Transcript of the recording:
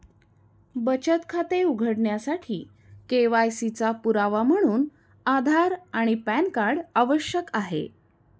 बचत खाते उघडण्यासाठी के.वाय.सी चा पुरावा म्हणून आधार आणि पॅन कार्ड आवश्यक आहे